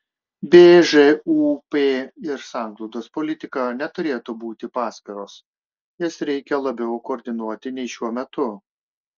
bžūp ir sanglaudos politika neturėtų būti paskiros jas reikia labiau koordinuoti nei šiuo metu